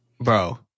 bro